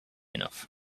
enough